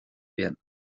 bien